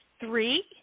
Three